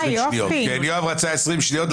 יואב רצה 20 שניות,